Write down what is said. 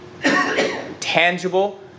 tangible